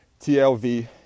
TLV